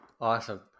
Awesome